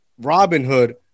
Robinhood